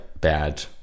bad